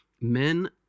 Men